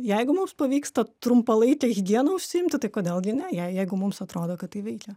jeigu mums pavyksta trumpalaike higiena užsiimti tai kodėl gi ne jei jeigu mums atrodo kad tai veikia